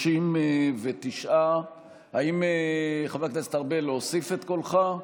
39. חבר הכנסת ארבל, האם להוסיף את קולך?